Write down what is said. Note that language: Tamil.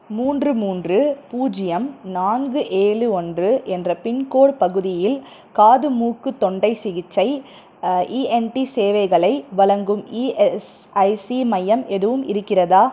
மூன்று மூன்று பூஜ்ஜியம் நான்கு ஏழு ஓன்று என்ற பின்கோட் பகுதியில் காது மூக்கு தொண்டை சிகிச்சை இஎன்டி சேவைகளை வழங்கும் இஎஸ்ஐசி மையம் எதுவும் இருக்கிறதா